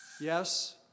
Yes